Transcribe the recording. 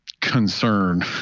concern